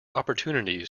opportunities